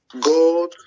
God